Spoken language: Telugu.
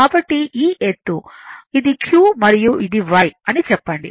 కాబట్టి ఈ ఎత్తు ఇది q మరియు ఇది y అని చెప్పండి